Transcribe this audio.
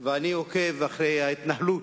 ואני עוקב אחרי ההתנהלות,